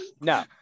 No